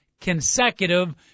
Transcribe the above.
consecutive